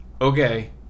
okay